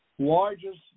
largest